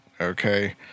Okay